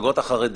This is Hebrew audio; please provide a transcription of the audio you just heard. המפלגות החרדיות,